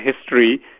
history